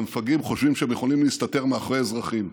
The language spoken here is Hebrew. והמפגעים חושבים שהם יכולים להסתתר מאחורי אזרחים.